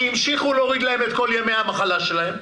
כי המשיכו להוריד להם את כל ימי המחלה שלהם,